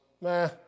meh